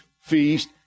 feast